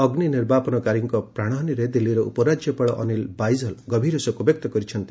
ଅଗ୍ନି ନିର୍ବାପନକାରୀଙ୍କ ପ୍ରାଣହାନୀରେ ଦିଲ୍ଲୀର ଉପରାଜ୍ୟପାଳ ଅନୀଲ ବାଇଜଲ ଗଭୀର ଶୋକ ବ୍ୟକ୍ତ କରିଛନ୍ତି